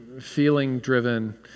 feeling-driven